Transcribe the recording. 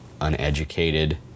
uneducated